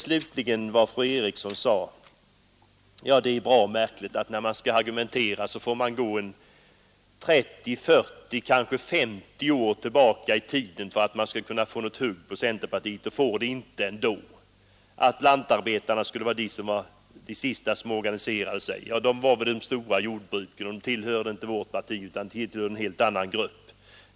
Slutligen till vad fru Eriksson i Stockholm sade. Det är bra märkligt att när man skall argumentera får man gå 30, 40 kanske 50 år tillbaka i tiden för att få något hugg på centerpartiet och får det inte ändå Lantarbetarna skulle vara de sista som organiserade sig. De fanns på de stora jordbruken och tillhörde inte vårt parti utan en helt annan grupp.